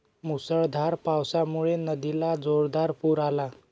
मुसळधार पावसामुळे नदीला जोरदार पूर आला